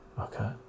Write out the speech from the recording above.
okay